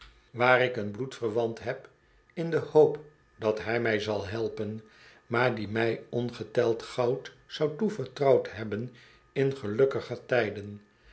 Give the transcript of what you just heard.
waar ik een bloedverwant heb in de hoop dat hij mij zal helpen maar die mij ongeteld goud zou toevertrouwd hebben in gelukkiger tijden